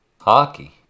hockey